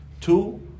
Two